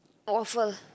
waffle